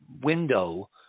window